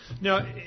Now